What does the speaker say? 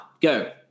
Go